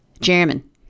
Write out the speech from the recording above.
German